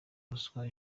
ruswa